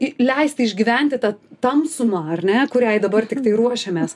i leisti išgyventi tą tamsumą ar ne kuriai dabar tiktai ruošiamės